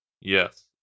Yes